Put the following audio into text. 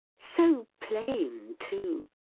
so plain, too!